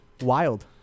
Wild